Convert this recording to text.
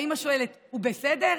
האימא שואלת: הוא בסדר?